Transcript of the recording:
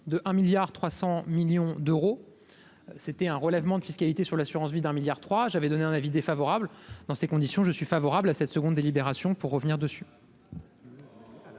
300 millions d'euros, c'était un relèvement de fiscalité sur l'assurance-vie, d'un milliard trois j'avais donné un avis défavorable dans ces conditions, je suis favorable à cette seconde délibération pour revenir dessus.